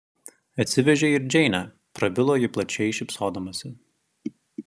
atsivežei ir džeinę prabilo ji plačiai šypsodamasi